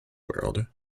world